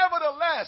Nevertheless